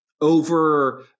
over